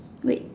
wait